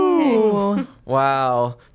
Wow